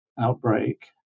outbreak